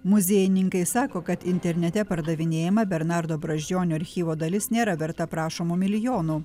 muziejininkai sako kad internete pardavinėjamą bernardo brazdžionio archyvo dalis nėra verta prašomų milijonų